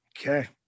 Okay